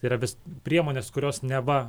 yra vis priemonės kurios neva